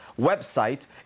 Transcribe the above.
website